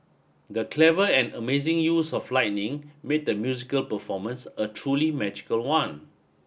the clever and amazing use of lighting made the musical performance a truly magical one